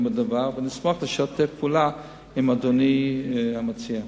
בדבר ונשמח לשתף פעולה עם אדוני המציע.